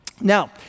Now